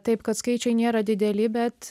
taip kad skaičiai nėra dideli bet